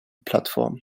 plattform